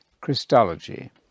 Christology